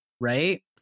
right